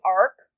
arc